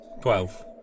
Twelve